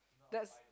that's